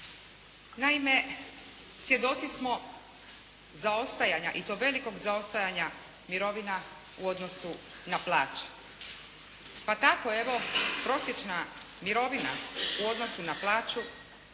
Naime, svjedoci smo zaostajanja i to velikog zaostajanja mirovina u odnosu na plaće. Pa tako evo, prosječna mirovina u odnosu na plaću